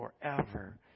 forever